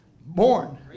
born